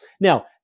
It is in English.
Now